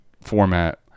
format